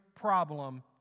problem